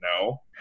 No